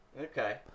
Okay